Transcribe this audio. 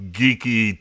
geeky